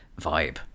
vibe